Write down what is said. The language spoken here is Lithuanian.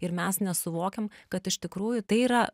ir mes nesuvokiam kad iš tikrųjų tai yra